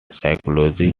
psychology